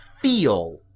feel